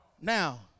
now